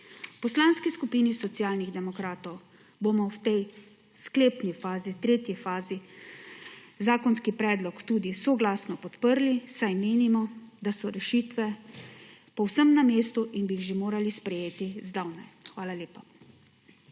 Poslanski skupini Socialnih demokratov bomo v tej sklepni fazi, tretji fazi, zakonski predlog soglasno podprli, saj menimo, da so rešitve povsem na mestu in bi jih morali sprejeti že zdavnaj. Hvala lepa.